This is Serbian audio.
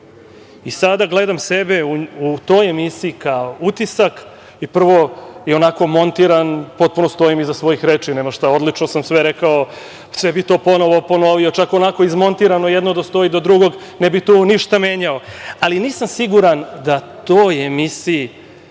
i sada gledam sebe u toj emisiji kao utisak, prvo i onako montiran potpuno stojim iza svojih reči, nema šta. Odlično sam sve rekao, sve bi to ponovo ponovio, čak onako izmontirano jedno da stoji do drugog ne bi tu ništa menjao, ali nisam siguran da toj emisiji